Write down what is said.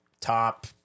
top